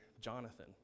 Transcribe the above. Jonathan